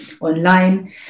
online